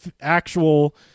actual